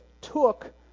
took